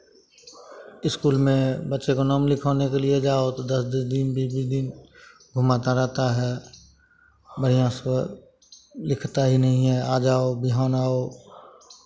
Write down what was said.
school में बच्चे का नाम लिखाने के लिए जाओ तो दस दस दिन बीस बीस दिन घुमाता रहता है बढ़ियाँ से लिखता ही नहीं है आज आओ बिहान आओ